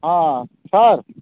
ஆ sir